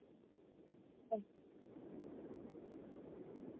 ನೀವು ಹೇಳಿರಿ ಅದು ಮನೆಗೆ ಬಂದು ನೋಡ್ಕೊಂಡು ಬಂದ ಆಮೇಲೆ ಇದು ಮಾಡೋಕೆ ಬರುತ್ತೆ